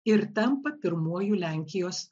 ir tampa pirmuoju lenkijos